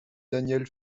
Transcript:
daniel